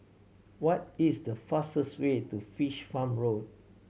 what is the fastest way to Fish Farm Road